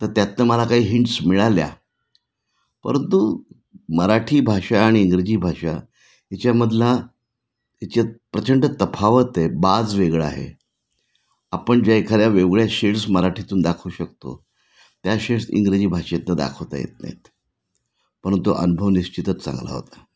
तर त्यातनं मला काही हिंट्स मिळाल्या परंतु मराठी भाषा आणि इंग्रजी भाषा ह्याच्यामधला ह्याच्यात प्रचंड तफावत आहे बाज वेगळा आहे आपण ज्या एखाद्या वेगवेगळ्या शेड्स मराठीतून दाखवू शकतो त्या शेड्स इंग्रजी भाषेतनं दाखवता येत नाहीत परंतु अनुभव निश्चितच चांगला होता